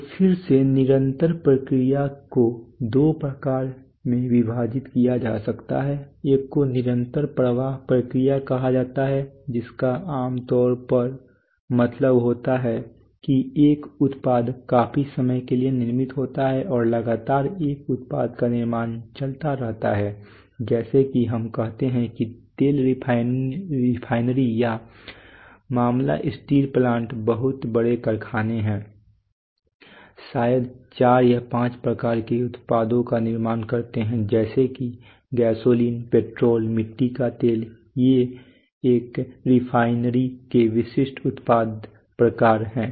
तो फिर से निरंतर प्रक्रियाओं को दो प्रकारों में विभाजित किया जा सकता है एक को निरंतर प्रवाह प्रक्रिया कहा जाता है जिसका आमतौर पर मतलब होता है कि एक उत्पाद काफी समय के लिए निर्मित होता है और लगातार एक उत्पाद का निर्माण चलता रहता है जैसे कि हम कहते हैं कि तेल रिफाइनरी या स्टील प्लांट बहुत बड़े कारखाने हैं शायद चार या पांच प्रकार के उत्पादों का निर्माण करते हैं जैसे कि गैसोलीन पेट्रोल मिट्टी का तेल ये एक रिफाइनरी के विशिष्ट उत्पाद प्रकार हैं